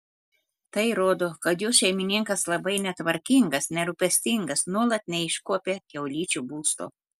tai rodo kad jų šeimininkas labai netvarkingas nerūpestingas nuolat neiškuopia kiaulyčių būsto